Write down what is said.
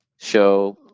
show